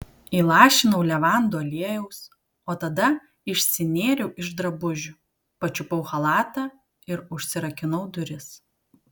įlašinau levandų aliejaus o tada išsinėriau iš drabužių pačiupau chalatą ir užsirakinau duris